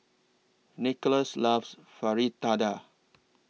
Nikolas loves Fritada